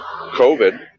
COVID